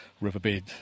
riverbed